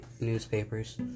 newspapers